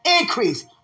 increase